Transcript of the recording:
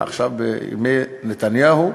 ועכשיו בימי נתניהו,